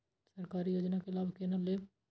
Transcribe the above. सरकारी योजना के लाभ केना लेब?